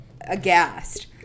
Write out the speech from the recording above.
aghast